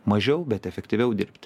mažiau bet efektyviau dirbti